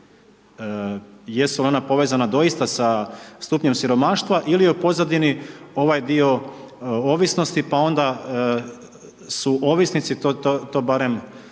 Jesu ona povezana doista sa stupnjem siromaštva ili je u pozadini ovaj dio ovisnosti, pa onda su ovisnici, to barem